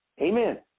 Amen